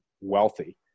wealthy